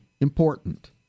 important